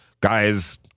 guys